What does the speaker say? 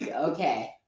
Okay